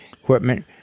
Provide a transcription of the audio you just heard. equipment